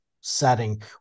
setting